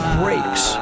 breaks